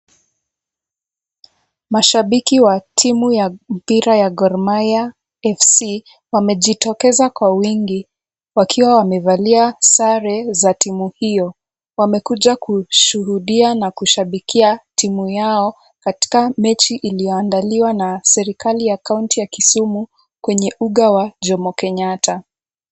Mashabiki wa timu ya mpira ya Gor Mahia FC wamejitokeza kwa wingi wakiwa wamevalia sare za timu hiyo, wamekuja kushuhudia na kushabikia timu yao katika mechi iliyoandaliwa na serikali ya Kaunti ya Kisumu kwenye uga wa Jomo Kenyatta.